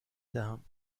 دهم